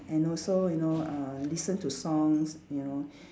and also you know uh listen to songs you know